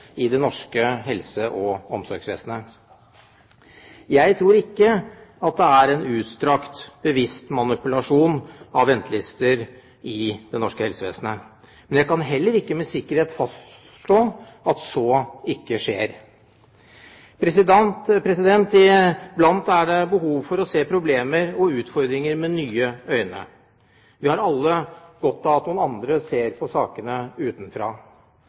i det norske helse- og omsorgsvesenet. Jeg tror ikke det er en utstrakt og bevisst manipulasjon med ventelister i det norske helsevesenet, men jeg kan heller ikke med sikkerhet fastslå at så ikke skjer. Iblant er det behov for å se på problemer og utfordringer med nye øyne. Vi har alle godt av at noen andre ser på sakene utenfra.